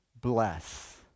bless